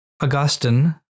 Augustine